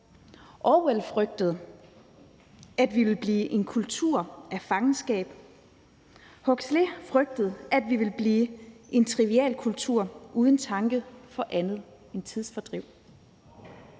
Orwell frygtede, at vi ville blive en kultur af fangenskab. Huxley frygtede, at vi ville blive en trivialkultur uden tanke for andet end tidsfordriv.